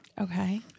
Okay